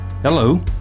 Hello